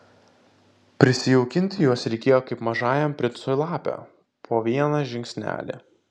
prisijaukinti juos reikėjo kaip mažajam princui lapę po vieną žingsnelį